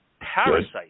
Parasite